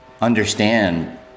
understand